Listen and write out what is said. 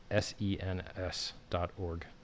SENS.org